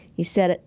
he said,